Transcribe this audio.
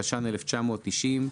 התש"ן 1990,